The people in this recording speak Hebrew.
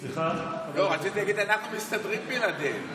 רציתי להגיד: אנחנו מסתדרים בלעדיהם.